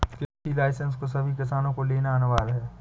कृषि लाइसेंस को सभी किसान को लेना अनिवार्य है